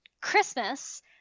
Christmas